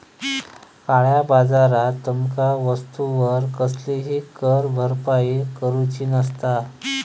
काळया बाजारात तुमका वस्तूवर कसलीही कर भरपाई करूची नसता